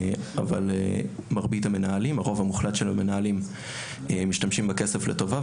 אבל הרוב המוחלט של המנהלים משתמשים בכסף לטובה,